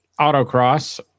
Autocross